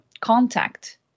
contact